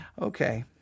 Okay